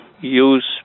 use